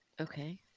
Okay